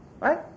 right